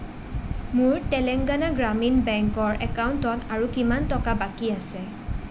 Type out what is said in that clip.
মোৰ তেলেংগানা গ্ৰামীণ বেংকৰ একাউণ্টত আৰু কিমান টকা বাকী আছে